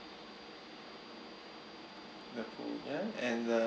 the pool ya and uh